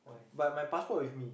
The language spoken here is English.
but my passport with me